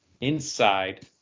Inside